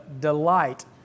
delight